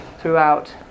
throughout